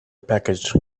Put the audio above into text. package